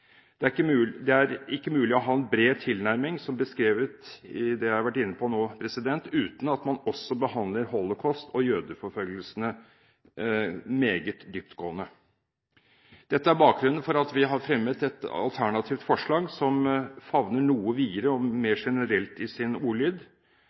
Det er ikke mulig å ha en bred tilnærming, som beskrevet i det jeg har vært inne på nå, uten at man også behandler holocaust og jødeforfølgelsene meget dyptgående. Dette er bakgrunnen for at vi har fremmet et alternativt forslag, som favner noe videre og mer